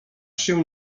się